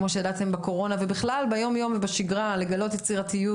כמו שידעתם בקורונה ובכלל ביום יום ובשגרה לגלות יצירתיות